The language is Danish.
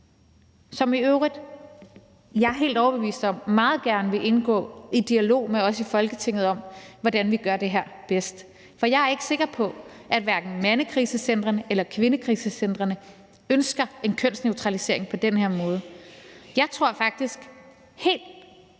Jeg er helt overbevist om, at de meget gerne vil indgå i dialog med os i Folketinget om, hvordan vi gør det her bedst, for jeg er ikke sikker på, at hverken mandekrisecentrene eller kvindekrisecentrene ønsker en kønsneutralisering på den her måde. Jeg tror faktisk helt